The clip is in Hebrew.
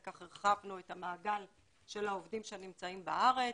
וכך הרחבנו את המעגל של העובדים שנמצאים בארץ.